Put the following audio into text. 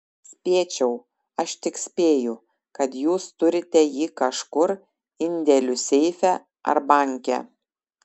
spėčiau aš tik spėju kad jūs turite jį kažkur indėlių seife ar banke